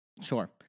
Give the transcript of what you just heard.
sure